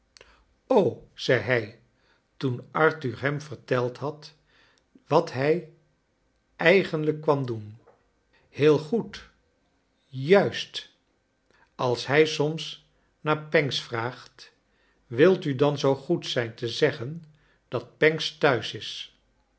zei hij toen arthur hem verteld had wat hij eigenlijk kwam doen heel goed juist als hij soms naar pancks vraagt wilt u dan zoo goed zijn te zeggen dat pancks thuis j is